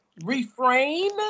reframe